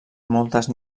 moltes